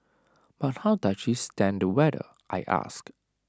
but how does she stand the weather I ask